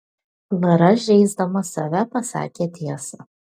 klara žeisdama save pasakė tiesą